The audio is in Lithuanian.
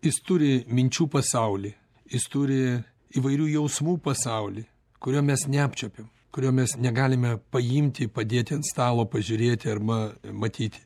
jis turi minčių pasaulį jis turi įvairių jausmų pasaulį kurio mes neapčiuopiam kurio mes negalime paimti padėti ant stalo pažiūrėti arba matyti